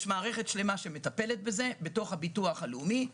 יש מערכת שלמה שמטפלת בזה בתוך הביטוח הלאומי.